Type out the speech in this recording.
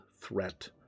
threat